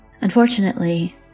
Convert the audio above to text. Unfortunately